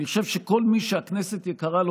אני חושב שכל מי שהכנסת יקרה לו